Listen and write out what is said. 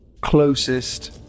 closest